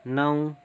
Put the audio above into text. नौ